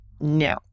no